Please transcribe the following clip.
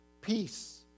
peace